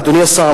אדוני השר,